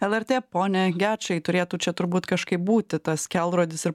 lrt pone gečai turėtų čia turbūt kažkaip būti tas kelrodis ir